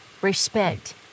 respect